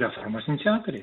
reformos iniciatoriai